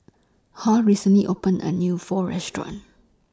Hall recently opened A New Pho Restaurant